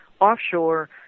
offshore